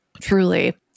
truly